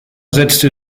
setzte